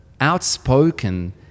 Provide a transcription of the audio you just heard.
outspoken